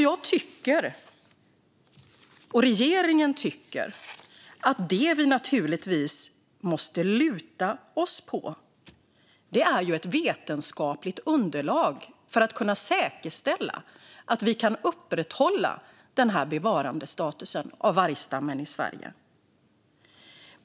Jag tycker, och regeringen tycker, att det vi naturligtvis måste luta oss mot är ett vetenskapligt underlag för att kunna säkerställa att vi kan upprätthålla denna bevarandestatus av vargstammen i Sverige.